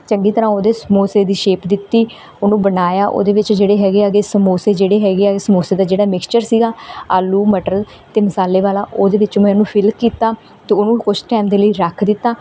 ਚੰਗੀ ਤਰ੍ਹਾਂ ਉਹਦੇ ਸਮੌਸੇ ਦੀ ਸ਼ੇਪ ਦਿੱਤੀ ਉਹਨੂੰ ਬਣਾਇਆ ਉਹਦੇ ਵਿੱਚ ਜਿਹੜੇ ਹੈਗੇ ਐਗੇ ਸਮੋਸੇ ਜਿਹੜੇ ਹੈਗੇ ਐਗੇ ਸਮੋਸੇ ਦਾ ਜਿਹੜਾ ਮਿਕਸਚਰ ਸੀਗਾ ਆਲੂ ਮਟਰ ਅਤੇ ਮਸਾਲੇ ਵਾਲਾ ਉਹਦੇ ਵਿੱਚੋਂ ਮੈਂ ਉਹਨੂੰ ਫਿਲ ਕੀਤਾ ਅਤੇ ਉਹਨੂੰ ਕੁਛ ਟਾਈਮ ਦੇ ਲਈ ਰੱਖ ਦਿੱਤਾ